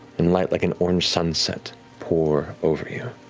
and light like an orange sunset pour over you,